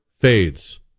fades